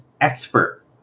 expert